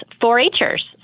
4-Hers